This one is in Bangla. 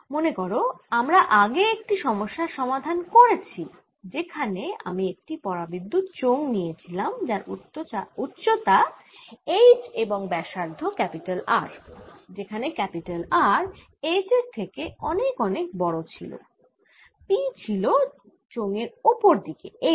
মনে করো আমরা আগে একটি সমস্যার সমাধান করেছি যেখানে আমি একটি পরাবিদ্যুত চোঙ দিয়েছিলাম যার উচ্চতা ছিল h এবং ব্যাসার্ধ R যেখানে R h এর থেকে অনেক অনেক বড় ছিল P ছিল উপরের দিকে এই ভাবে